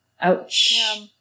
Ouch